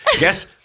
Yes